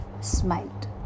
smiled